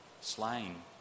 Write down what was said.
slain